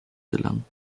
gelangen